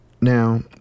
Now